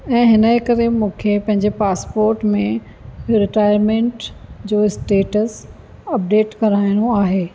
ऐं हिनजे करे मूंखे पंहिंजे पासपोट में रिटाएरमेंट जो स्टेटस अपडेट कराइणो आहे